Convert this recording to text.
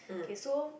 okay so